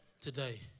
today